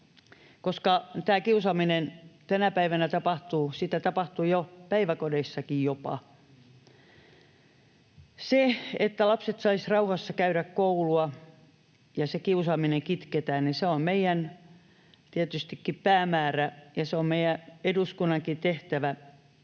koska kiusaamista tapahtuu tänä päivänä jopa jo päiväkodeissakin. Se, että lapset saisivat rauhassa käydä koulua ja se kiusaaminen kitketään, on tietystikin meidän päämäärämme, ja se on meidän eduskunnankin tehtävä